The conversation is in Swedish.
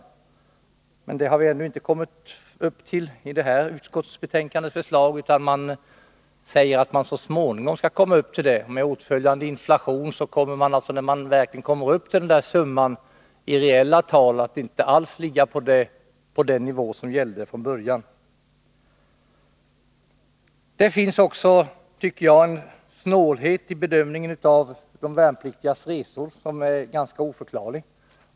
I utskottsbetänkandet har man inte kommit så långt, utan man säger att man så småningom skall komma upp till en dagersättning på 30 kr. När man väl kommer upp till den summan, kommer den med hänsyn till inflationen inte alls att i reella tal ligga på den nivå som gällde från början. Det finns också, tycker jag, en snålhet i bedömningen av de värnpliktigas resor som är ganska oförklarlig.